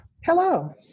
Hello